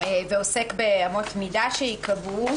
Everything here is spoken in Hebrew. ועוסק באמות מידה שייקבעו.